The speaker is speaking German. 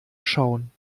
schauen